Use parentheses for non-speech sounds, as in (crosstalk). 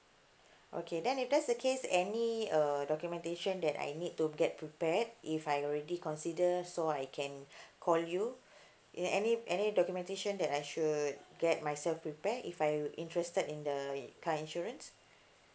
(breath) okay then if that's the case any uh documentation that I need to get prepared if I already consider so I can (breath) call you (breath) you know any any documentation that I should get myself prepare if I interested in the car insurance